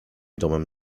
domem